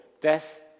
Death